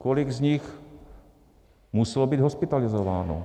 Kolik z nich muselo být hospitalizováno?